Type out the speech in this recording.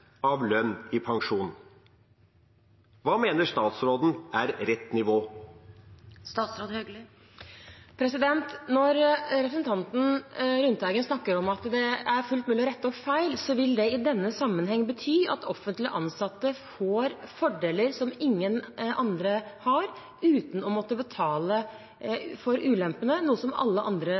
av lønnen i pensjon. Hva mener statsråden er rett nivå? Når representanten Lundteigen snakker om at det er fullt mulig å rette opp feil, vil det i denne sammenhengen bety at offentlig ansatte får fordeler som ingen andre har, uten å måtte betale for ulempene – noe som alle andre